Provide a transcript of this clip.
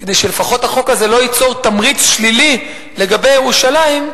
כדי שלפחות החוק הזה לא ייצור תמריץ שלילי לגבי ירושלים,